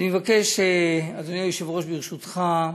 אדוני היושב-ראש, ברשותך,